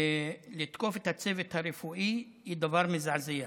לתקוף את הצוות הרפואי זה דבר מזעזע.